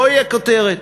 זוהי הכותרת,